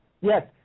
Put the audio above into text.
Yes